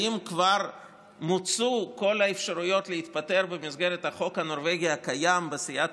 האם כבר מוצו כל האפשרויות להתפטר במסגרת החוק הנורבגי הקיים בסיעת